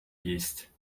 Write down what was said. їсть